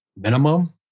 minimum